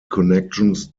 connections